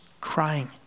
crying